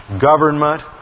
government